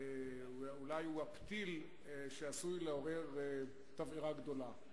אולי הוא הפתיל שעשוי לעורר תבערה גדולה.